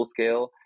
FullScale